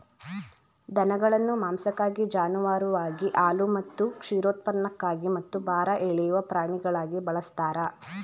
ದನಗಳನ್ನು ಮಾಂಸಕ್ಕಾಗಿ ಜಾನುವಾರುವಾಗಿ ಹಾಲು ಮತ್ತು ಕ್ಷೀರೋತ್ಪನ್ನಕ್ಕಾಗಿ ಮತ್ತು ಭಾರ ಎಳೆಯುವ ಪ್ರಾಣಿಗಳಾಗಿ ಬಳಸ್ತಾರೆ